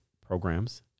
programs